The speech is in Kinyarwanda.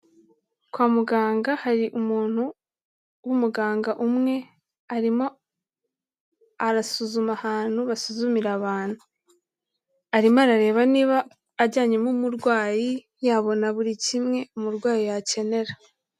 Kwa muganga hari umuntu w'umuganga umwe, arimo arasuzuma ahantu basuzumira abantu, arimo arareba niba ajyanyemo umurwayi yabona buri kimwe umurwayi yakenera.